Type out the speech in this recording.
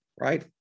right